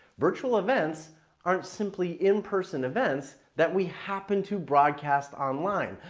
virtual events aren't simply in-person events that we happen to broadcast online.